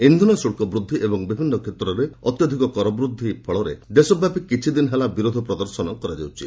ଇନ୍ଧନ ଶୁଳ୍କ ବୃଦ୍ଧି ଏବଂ ବିଭିନ୍ନ କ୍ଷେତ୍ରରେ ଅତ୍ୟଧିକ କର ବୃଦ୍ଧି ଫଳରେ ଦେଶବ୍ୟାପୀ କିଛିଦିନ ହେଲା ବିରୋଧ ପ୍ରଦର୍ଶନ କରାଯାଉଛି